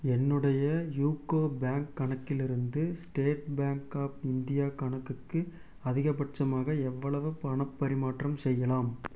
என்னுடைய UCO bank கணக்கிலிருந்து state bank of India கணக்குக்கு அதிகபட்சமாக எவ்வளவு பணப் பரிமாற்றம் செய்யலாம்